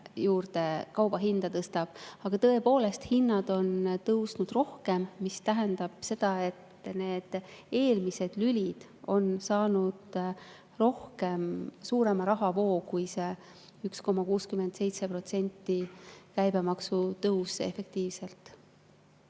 ehk kauba hinda tõstab. Aga tõepoolest, hinnad on tõusnud rohkem, mis tähendab seda, et need eelmised lülid on saanud efektiivselt suurema rahavoo kui 1,67% käibemaksu tõusu.